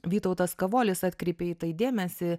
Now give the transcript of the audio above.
vytautas kavolis atkreipė į tai dėmesį